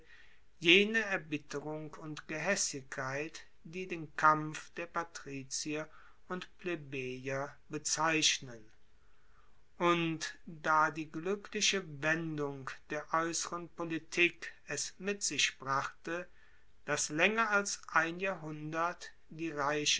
jene erbitterung und gehaessigkeit die den kampf der patrizier und plebejer bezeichnen und da die glueckliche wendung der aeusseren politik es mit sich brachte dass laenger als ein jahrhundert die reichen